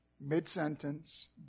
Mid-sentence